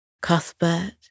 Cuthbert